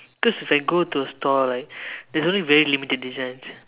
cause if I go to store right there's only very limited designs